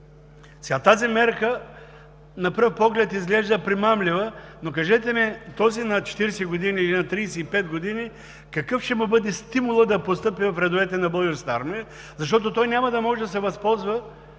Тази мярка на пръв поглед изглежда примамлива, но кажете ми на този на 40 години или на 35 години какъв ще му бъде стимулът да постъпи в редовете на Българската армия, защото той няма да може да се възползва